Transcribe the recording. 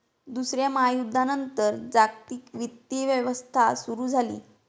दुसऱ्या महायुद्धानंतर जागतिक वित्तीय व्यवस्था सुरू झाली